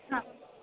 हा